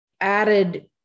added